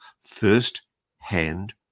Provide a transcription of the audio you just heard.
first-hand